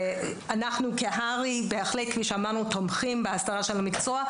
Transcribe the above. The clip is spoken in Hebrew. שאנחנו בהר"י בהחלט תומכים בהסדרת המקצוע,